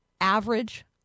Average